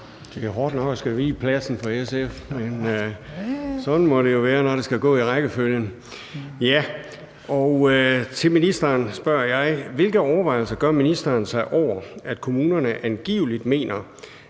Det er hårdt nok at skulle vige pladsen for SF, men sådan må det jo være, når det skal gå i rækkefølge. Mit spørgsmål til ministeren lyder: Hvilke overvejelser gør ministeren sig over, at kommunerne angiveligt mener,